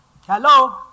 Hello